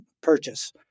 purchase